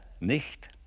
Nicht